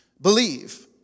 Believe